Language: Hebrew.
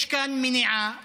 יש כאן מניעה